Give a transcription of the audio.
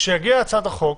כשתגיע הצעת החוק,